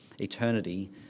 eternity